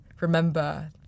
remember